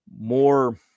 more